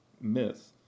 myth